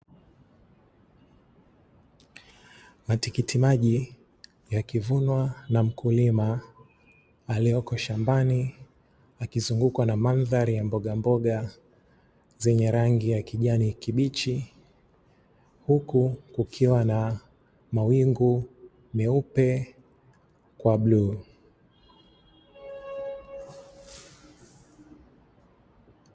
Matikiti maji yakivunwa na mkulima aliyoko shambani, akizungukwa na mandhari ya mbogamboga zenye rangi ya kijani, kibichi huku kukiwa na mawingu meupe kwa bluu.